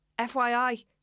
FYI